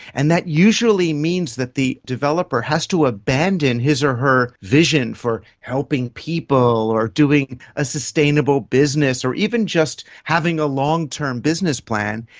and that usually means that the developer has to abandon his or her vision for helping people or doing a sustainable business, or even just having a long-term business plan,